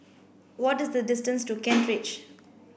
what is the distance to Kent Ridge